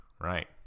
right